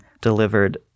delivered